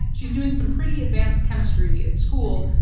like she's doing some pretty advanced chemistry at school,